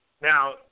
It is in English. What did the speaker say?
Now